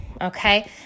Okay